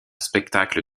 spectacle